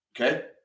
okay